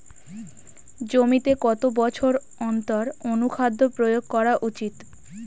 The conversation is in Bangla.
জমিতে কত বছর অন্তর অনুখাদ্য প্রয়োগ করা উচিৎ?